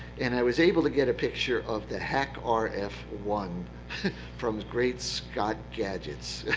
and i was able to get a picture of the hacked r f one from great scott gadgets.